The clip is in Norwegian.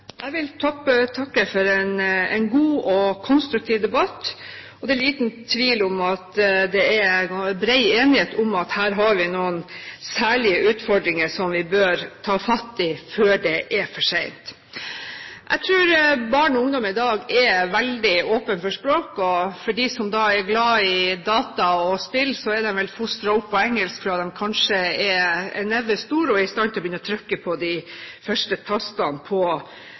liten tvil om at det er bred enighet om at vi her har noen særlige utfordringer som vi bør ta fatt i, før det er for sent. Jeg tror barn og ungdom i dag er veldig åpne for språk. De som er glad i data og spill, er vel fostret opp med engelsk fra de kanskje var en neve store og i stand til å trykke på de første tastene på